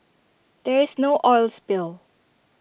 there is no oil spill